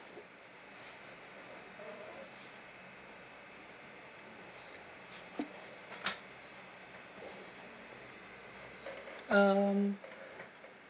um